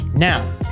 Now